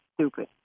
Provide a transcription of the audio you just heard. stupid